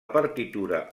partitura